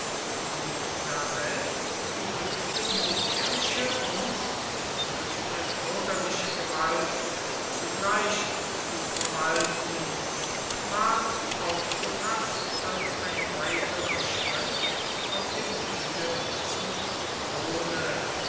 und daselbst die höchste militärische und die höchste bürgerliche gewalt zugleich zu verwalten ward aufgefaßt als ein weiterer schritt auf dem wege zum throne